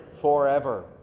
forever